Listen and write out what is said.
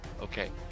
Okay